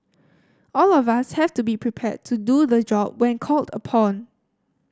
all of us have to be prepared to do the job when called upon